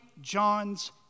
John's